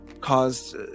caused